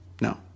No